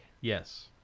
Yes